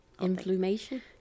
Inflammation